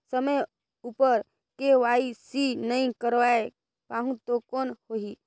समय उपर के.वाई.सी नइ करवाय पाहुं तो कौन होही?